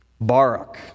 Barak